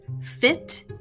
fit